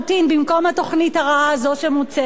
במקום התוכנית הרעה הזאת שמוצגת.